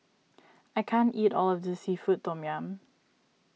I can't eat all of this Seafood Tom Yum